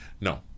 No